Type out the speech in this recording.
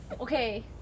okay